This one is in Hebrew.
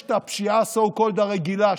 יש את הפשיעה so called הרגילה,